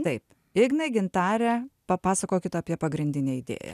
taip igna gintare papasakokit apie pagrindinę idėją